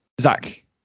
Zach